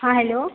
हॅं हेल्लो